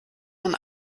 man